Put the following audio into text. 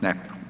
Ne.